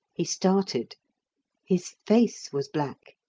he started his face was black,